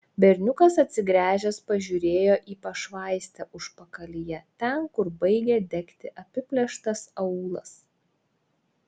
berniukas atsigręžęs pažiūrėjo į pašvaistę užpakalyje ten kur baigė degti apiplėštas aūlas